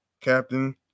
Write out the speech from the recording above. captain